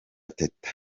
teta